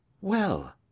Well